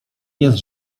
jest